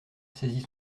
saisit